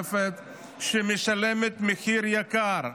שמשלמת מחיר יקר,